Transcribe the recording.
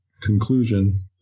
Conclusion